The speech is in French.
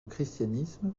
christianisme